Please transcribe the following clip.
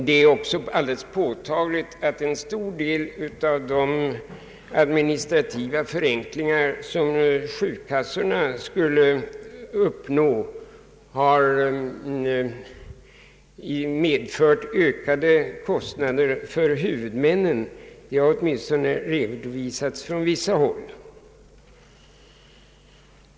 Det är också alldeles påtagligt att en stor del av de administrativa förenklingar som skulle uppnås för sjukkassorna har medfört ökade kostnader för huvudmännen. Detta har redovisats åtminstone från vissa håll.